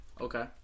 Okay